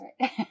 right